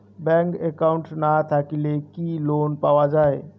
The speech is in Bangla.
ব্যাংক একাউন্ট না থাকিলে কি লোন পাওয়া য়ায়?